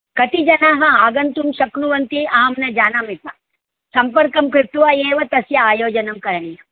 कति जनाः आगन्तुं शक्नुवन्ति अहं न जानामि सं सम्पर्कं कृत्वा एव तस्य आयोजनं करणीयम्